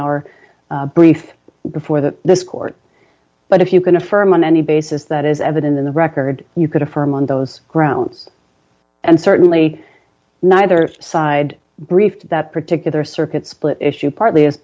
our brief before the court but if you can affirm on any basis that is evident in the record you could affirm on those grounds and certainly neither side briefs that particular circuit split issue partly